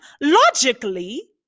logically